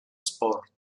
sport